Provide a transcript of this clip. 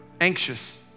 anxious